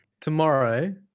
tomorrow